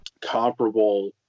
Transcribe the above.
comparable